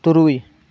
ᱛᱩᱨᱩᱭ